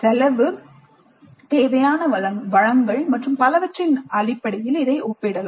செலவு தேவையான வளங்கள் மற்றும் பலவற்றின் அடிப்படையில் இதை ஒப்பிடலாம்